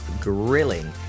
grilling